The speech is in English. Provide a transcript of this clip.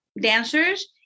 dancers